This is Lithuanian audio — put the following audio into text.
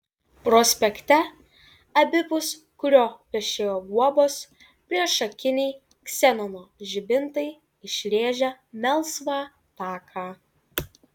prospekte abipus kurio vešėjo guobos priešakiniai ksenono žibintai išrėžė melsvą taką